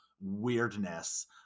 weirdness